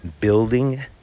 building